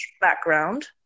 background